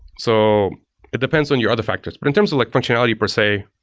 so it depends on your other factors. but in terms of like functionality per se,